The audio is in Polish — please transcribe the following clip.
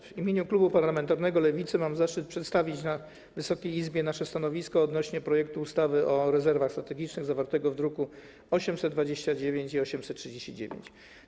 W imieniu klubu parlamentarnego Lewicy mam zaszczyt przedstawić Wysokiej Izbie nasze stanowisko odnośnie do projektu ustawy o rezerwach strategicznych, zawartego w drukach nr 829 i 839.